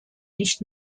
nicht